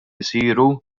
isiru